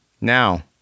Now